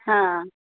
हँ